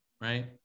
right